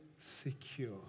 secure